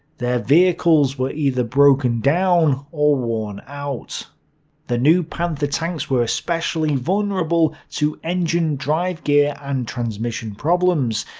their vehicles were either broken down or worn out the new panther tanks were especially vulnerable to engine, drive gear, and transmission problems,